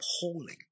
appalling